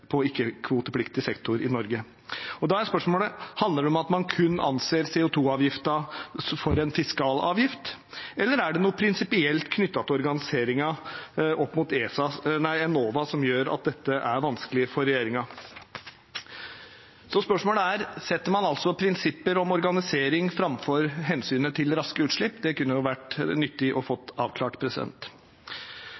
i ikke-kvotepliktig sektor i Norge. Da er spørsmålet: Handler det om at man kun anser CO2-avgiften for en fiskalavgift, eller er det noe prinsipielt knyttet til organiseringen opp mot Enova som gjør at dette er vanskelig for regjeringen? Så spørsmålet er: Setter man altså prinsipper om organisering framfor hensynet til raske utslipp? Det kunne vært nyttig